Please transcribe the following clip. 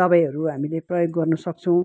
दबाईहरू हामीले प्रयोग गर्नुसक्छौँ